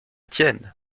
tienne